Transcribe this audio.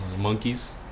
Monkeys